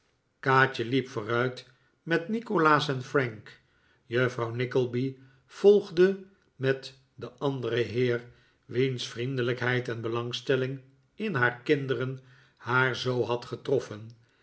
kaatje liep vooruit met nikolaas en frank juffrouw nickleby volgde met den anderen heer wiens vriendelijkheid en belarigstelling in haar kinderen haar zoo had getroffen